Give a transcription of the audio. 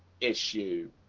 issue